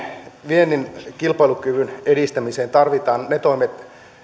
viennin kilpailukyvyn edistämiseen tarvitaan ne toimet